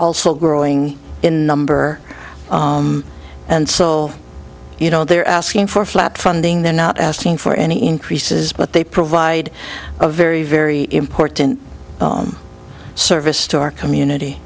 also growing in number and so you know they're asking for flat funding they're not asking for any increases but they provide a very very important service to our community